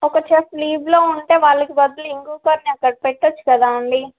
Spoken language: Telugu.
ఒక చెఫ్ లీవ్లో ఉంటే వాళ్ళకి బదులు ఇంకొకరిని అక్కడ పెట్టవచ్చు కదండి